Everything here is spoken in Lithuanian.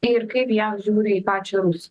ir kaip jav žiūri į pačią rusiją